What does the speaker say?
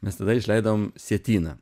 mes tada išleidom sietyną